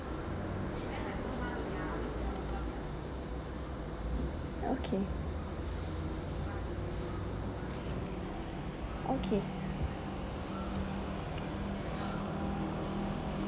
okay okay